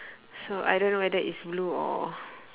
so I don't know whether it's blue or